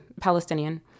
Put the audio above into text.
Palestinian